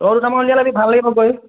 তইয়ো দুটামান উলিয়াই ল'বি ভাল লাগিব গৈ